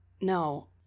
No